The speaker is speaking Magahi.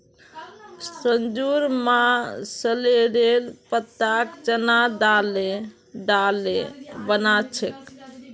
संजूर मां सॉरेलेर पत्ताक चना दाले डाले बना छेक